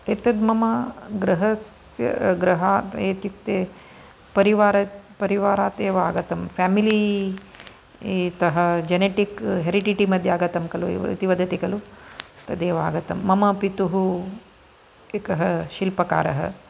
एतद् मम गृहस्य गृहात् इत्युक्ते परिवार् परिवारात् एव आगतं फेमिली इतः जनेटिक् हेरिडेटरि मध्ये आगतं खलु इति वदति खलु तदेव आगतं मम पितुः एकः शिल्पकारः